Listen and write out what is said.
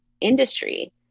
industry